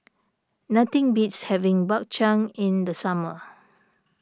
nothing beats having Bak Chang in the summer